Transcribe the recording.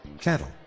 Cattle